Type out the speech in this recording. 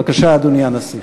בבקשה, אדוני הנשיא.